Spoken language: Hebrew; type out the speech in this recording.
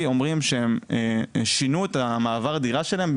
אומרים שהם שינו את המעבר דירה שלהם,